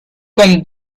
cuando